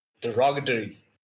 derogatory